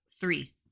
Three